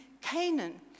Canaan